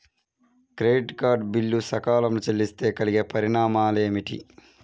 Credit card bill సకాలంలో చెల్లిస్తే కలిగే పరిణామాలేమిటి?